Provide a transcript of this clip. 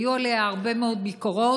היו עליה הרבה מאוד ביקורות,